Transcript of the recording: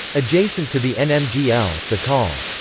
adjacent to the nmgl, the col.